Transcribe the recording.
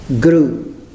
grew